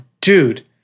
dude